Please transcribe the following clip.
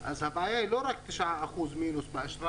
אז הבעיה היא לא רק 9%- באשראי,